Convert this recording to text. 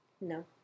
No